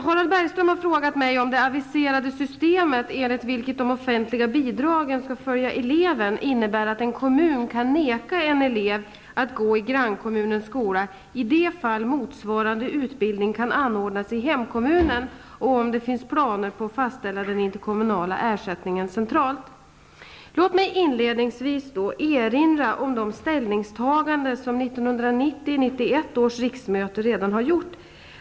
Harald Bergström har frågat mig om det aviserade systemet, enligt vilket de offentliga bidragen skall följa eleven, innebär att en kommun kan neka en elev att gå i grannkommunens skola i det fall motsvarande utbildning kan anordnas i hemkommunen och om det finns planer på att fastställa den interkommunala ersättningen centralt. Låt mig inledningsvis erinra om de ställningstaganden som 1990/91 års riksmöte redan har gjort.